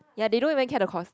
ya they don't even care the course